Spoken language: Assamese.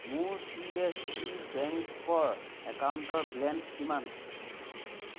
মোৰ চি এছ বি বেংকৰ একাউণ্টৰ বেলেঞ্চ কিমান